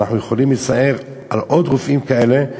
ואנחנו יכולים להצטער על עוד רופאים כאלה,